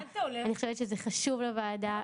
אני חושבת שזה חשוב לוועדה,